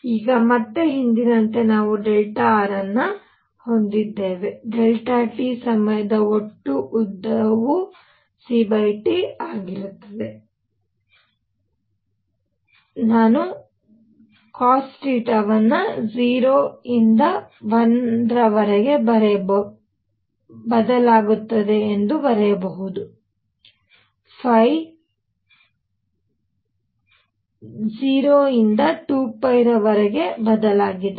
ಈಗ ಮತ್ತೆ ಹಿಂದಿನಂತೆ ನಾವು r ಅನ್ನು ಹೊಂದಿದ್ದೇವೆ t ಸಮಯದ ಒಟ್ಟು ಉದ್ದವು ct ಆಗಿರುತ್ತದೆ ಆದ್ದರಿಂದ ನಾನು ಬರೆಯಬಹುದು cosθ 0 ರಿಂದ 1 ರವರೆಗೆ ಬದಲಾಗುತ್ತದೆ 0 ರಿಂದ 2 ರವರೆಗೆ ಬದಲಾಗಲಿದೆ